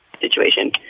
situation